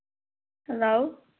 hello